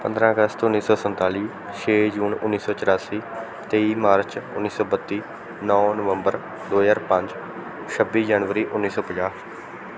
ਪੰਦਰਾਂ ਅਗਸਤ ਉੱਨੀ ਸੌ ਸੰਤਾਲੀ ਛੇ ਜੂਨ ਉੱਨੀ ਸੌ ਚੁਰਾਸੀ ਤੇਈ ਮਾਰਚ ਉੱਨੀ ਸੌ ਬੱਤੀ ਨੌਂ ਨਵੰਬਰ ਦੋ ਹਜ਼ਾਰ ਪੰਜ ਛੱਬੀ ਜਨਵਰੀ ਉੱਨੀ ਸੌ ਪੰਜਾਹ